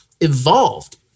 evolved